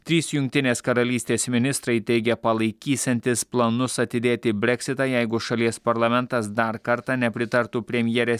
trys jungtinės karalystės ministrai teigia palaikysiantis planus atidėti breksitą jeigu šalies parlamentas dar kartą nepritartų premjerės